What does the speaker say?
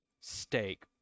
steak